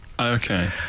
okay